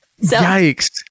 Yikes